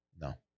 No